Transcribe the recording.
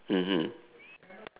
mmhmm